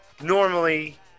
normally